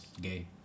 Gay